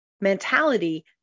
mentality